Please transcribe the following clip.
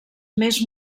més